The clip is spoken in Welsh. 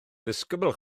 ddisgybl